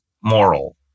moral